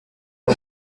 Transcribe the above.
uwo